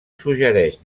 suggereix